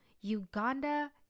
Uganda